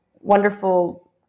wonderful